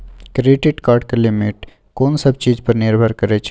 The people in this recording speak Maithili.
क्रेडिट कार्ड के लिमिट कोन सब चीज पर निर्भर करै छै?